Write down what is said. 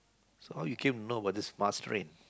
so how you came to know about this must train